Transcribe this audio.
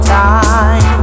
time